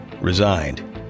resigned